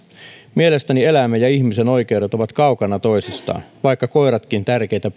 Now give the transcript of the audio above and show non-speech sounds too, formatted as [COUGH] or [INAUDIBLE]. mielestäni eläimen ja ihmisen oikeudet ovat kaukana toisistaan vaikka koiratkin tärkeitä [UNINTELLIGIBLE]